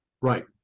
Right